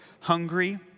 hungry